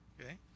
okay